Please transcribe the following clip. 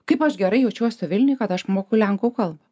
kaip aš gerai jaučiuosi vilniuj kad aš moku lenkų kalbą